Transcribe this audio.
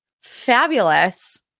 fabulous